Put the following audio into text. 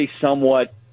somewhat